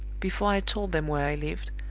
before i told them where i lived,